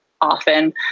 often